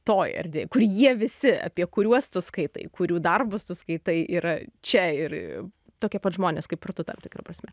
toj erdvėj kur jie visi apie kuriuos tu skaitai kurių darbus tu skaitai yra čia ir tokie pat žmonės kaip ir tu tam tikra prasme